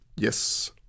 Yes